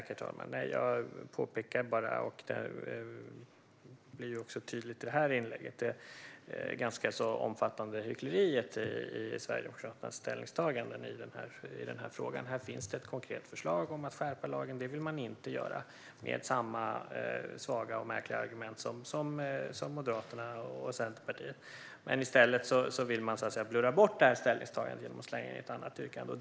Herr talman! Jag pekade på det som var tydligt också i inlägget, nämligen det ganska omfattande hyckleriet i Sverigedemokraternas ställningstaganden i denna fråga. Här finns ett konkret förslag om att skärpa lagen, men det vill man inte göra, med samma svaga och märkliga argument som Moderaterna och Centerpartiet. I stället vill man så att säga blurra bort ställningstagandet genom att slänga in ett annat yrkande.